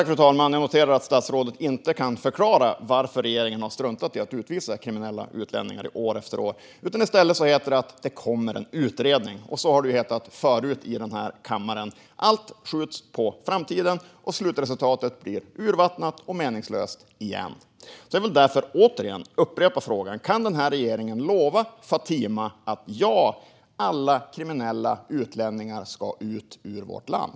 Fru talman! Jag noterar att statsrådet inte kan förklara varför regeringen år efter år har struntat i att utvisa kriminella utlänningar. I stället heter det att det kommer en utredning, och så har det hetat förut i denna kammare. Allt skjuts på framtiden, och slutresultatet blir urvattnat och meningslöst igen. Jag vill därför upprepa frågan: Kan regeringen lova Fatima att alla kriminella utlänningar ska ut ur vårt land?